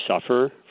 suffer